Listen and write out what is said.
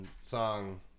song